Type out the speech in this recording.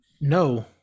No